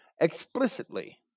Explicitly